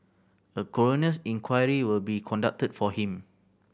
a coroner's inquiry will be conducted for him